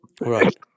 Right